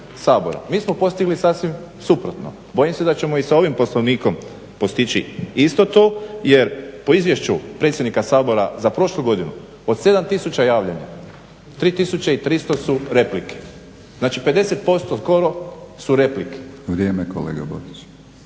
Mi smo postigli sasvim suprotno. Bojim se da ćemo i sa ovim Poslovnikom postići isto to, jer po izvješću predsjednika Sabora za prošlu godinu od 7000 javljanja 3300 su replike. Znači, 50% skoro su replike. …/Upadica